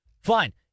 fine